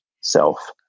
self